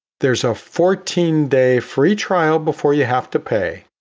there's a fourteen day free trial before you have to pay.